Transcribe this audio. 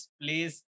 please